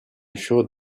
show